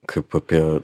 kaip apie